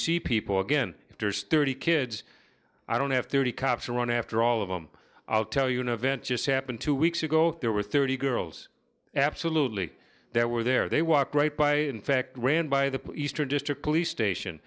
see people again after sturdy kids i don't have too many cops around after all of them i'll tell you no event just happened to weeks ago there were thirty girls absolutely there were there they walked right by in fact ran by the eastern district police station